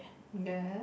yes